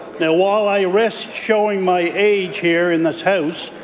while i risk showing my age here in this house,